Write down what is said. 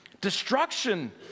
destruction